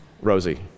Rosie